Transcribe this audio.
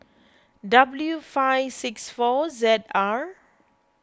W five six four Z R